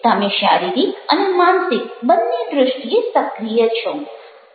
તમે શારીરિક અને માનસિક બંને દૃષ્ટિએ સક્રિય છો